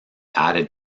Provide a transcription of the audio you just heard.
added